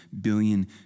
billion